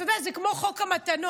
אתה יודע, זה כמו חוק המתנות